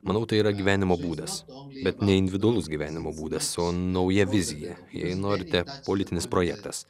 manau tai yra gyvenimo būdas bet ne individualus gyvenimo būdas o nauja vizija jei norite politinis projektas